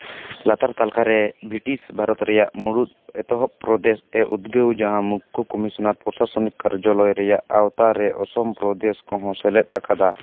ᱞᱟᱛᱟᱨ ᱛᱟᱞᱠᱷᱟ ᱨᱮ ᱵᱨᱤᱴᱤᱥ ᱵᱷᱟᱨᱚᱛ ᱨᱮᱭᱟᱜ ᱢᱩᱬᱩᱫ ᱮᱛᱚᱦᱚᱵ ᱯᱨᱚᱫᱮᱥ ᱮ ᱩᱫᱽᱜᱟᱹᱣ ᱡᱟᱦᱟᱸ ᱢᱩᱠᱠᱷᱚ ᱠᱚᱢᱤᱥᱚᱱᱟᱨ ᱯᱨᱚᱥᱟᱥᱚᱱᱤᱠ ᱠᱟᱨᱡᱟᱞᱚᱭ ᱨᱮᱭᱟᱜ ᱟᱶᱛᱟ ᱨᱮ ᱚᱥᱚᱢ ᱯᱨᱚᱫᱮᱥ ᱠᱚᱦᱚᱸ ᱥᱮᱞᱮᱫ ᱟᱠᱟᱫᱟ